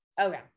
Okay